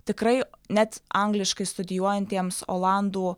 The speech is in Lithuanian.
tikrai net angliškai studijuojantiems olandų